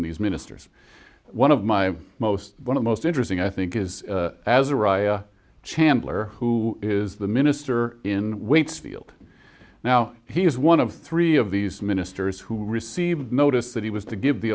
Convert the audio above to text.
in these ministers one of my most one of the most interesting i think is azariah chandler who is the minister in waitsfield now he is one of three of these ministers who received notice that he was to give the